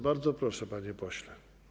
Bardzo proszę, panie pośle.